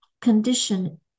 condition